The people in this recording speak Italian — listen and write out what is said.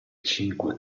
cinque